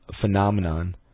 phenomenon